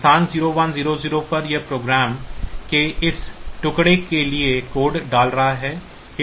स्थान 0 1 0 0 पर यह प्रोग्राम के इस टुकड़े के लिए कोड डाल रहा होगा